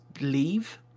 leave